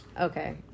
Okay